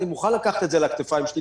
אני מוכן לקחת את זה על הכתפיים שלי,